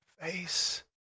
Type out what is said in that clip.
face